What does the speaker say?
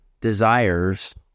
desires